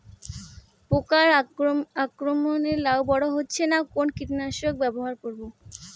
পোকার আক্রমণ এ লাউ বড় হচ্ছে না কোন কীটনাশক ব্যবহার করব?